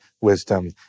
wisdom